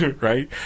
right